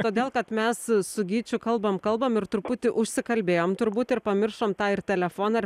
todėl kad mes su gyčiu kalbam kalbam ir truputį užsikalbėjom turbūt ir pamiršom tą ir telefoną ir